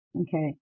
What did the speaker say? Okay